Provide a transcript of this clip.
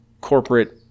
corporate